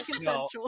no